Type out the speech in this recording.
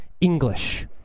english